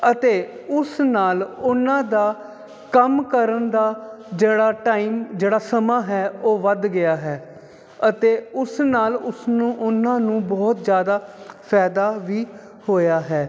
ਅਤੇ ਉਸ ਨਾਲ ਉਹਨਾਂ ਦਾ ਕੰਮ ਕਰਨ ਦਾ ਜਿਹੜਾ ਟਾਈਮ ਜਿਹੜਾ ਸਮਾਂ ਹੈ ਉਹ ਵੱਧ ਗਿਆ ਹੈ ਅਤੇ ਉਸ ਨਾਲ ਉਸਨੂੰ ਉਹਨਾਂ ਨੂੰ ਬਹੁਤ ਜ਼ਿਆਦਾ ਫਾਇਦਾ ਵੀ ਹੋਇਆ ਹੈ